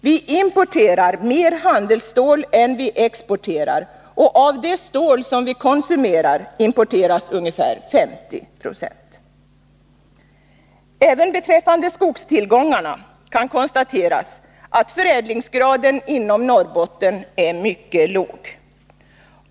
Vi importerar mer handelsstål än vi exporterar, och av det stål vi konsumerar importeras ungefär 50 90. Även beträffande skogstillgångarna kan konstateras att förädlingsgraden inom Norrbotten är mycket låg.